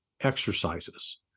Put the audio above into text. exercises